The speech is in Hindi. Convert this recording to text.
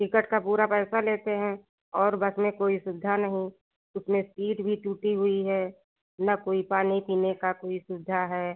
टिकट का पूरा पैसा लेते हैं और बस में कोई सुविधा नहीं उसमें सीट भी टूटी हुई है ना कोई पानी पीने की कोई सुविधा है